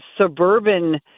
suburban